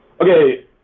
Okay